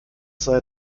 sei